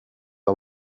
har